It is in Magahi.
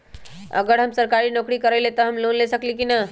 अगर हम सरकारी नौकरी करईले त हम लोन ले सकेली की न?